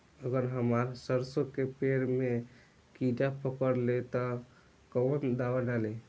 अगर हमार सरसो के पेड़ में किड़ा पकड़ ले ता तऽ कवन दावा डालि?